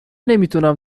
نمیتونم